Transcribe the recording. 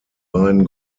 beiden